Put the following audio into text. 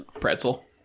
pretzel